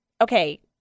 Okay